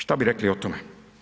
Šta bi rekli o tome?